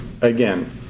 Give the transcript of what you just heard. again